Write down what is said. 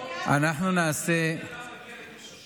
נניח בן אדם מגיע לגיל 65,